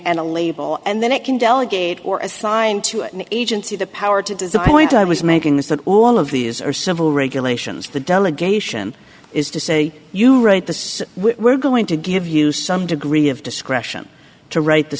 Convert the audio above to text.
and a label and then it can delegate or assign to it an agency the power to does the point i was making is that all of these are civil regulations the delegation is to say you write the we're going to give you some degree of discretion to write the